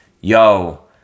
yo